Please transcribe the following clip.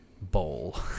Bowl